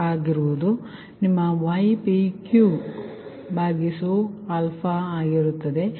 ಆದ್ದರಿಂದ ಇದು ನಿಮ್ಮ ypq ಆಗಿರುತ್ತದೆ ಸರಿ